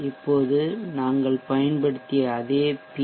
இப்போது நாங்கள் பயன்படுத்திய அதே பி